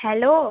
hello